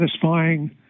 satisfying